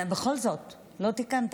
בכל זאת לא תיקנת.